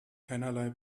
keinerlei